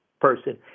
person